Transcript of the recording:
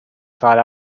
thought